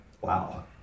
Wow